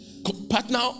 Partner